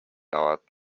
аваад